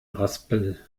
raspel